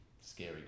scary